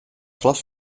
glas